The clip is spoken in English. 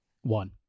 One